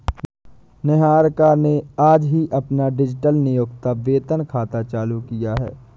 निहारिका ने आज ही अपना डिजिटल नियोक्ता वेतन खाता चालू किया है